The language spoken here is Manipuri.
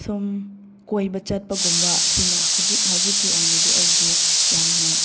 ꯁꯨꯝ ꯀꯣꯏꯕ ꯆꯠꯄꯒꯨꯝꯕ ꯁꯤꯅ ꯍꯧꯖꯤꯛ ꯍꯧꯖꯤꯛꯀꯤ ꯑꯣꯏꯅꯗꯤ ꯑꯩꯒꯤ ꯌꯥꯝꯅ